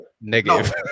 negative